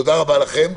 תודה רבה לכם.